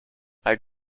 als